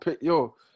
yo